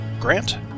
Grant